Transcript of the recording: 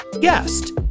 guest